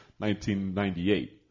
1998